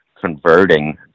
converting